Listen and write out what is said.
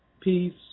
peace